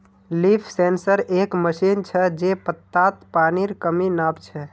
leaf sensor एक machine छ जे पत्तात पानीर कमी नाप छ